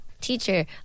Teacher